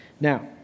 Now